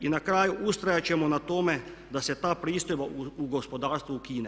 I na kraju, ustrajat ćemo na tome da se ta pristojba u gospodarstvu ukine.